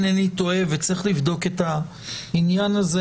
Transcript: צריך לבדוק את העניין הזה.